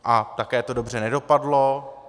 A také to dobře nedopadlo.